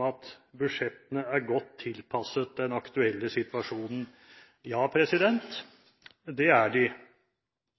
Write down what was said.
at budsjettene er godt tilpasset den aktuelle situasjonen. Ja, det er de.